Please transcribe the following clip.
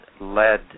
led